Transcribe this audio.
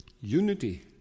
unity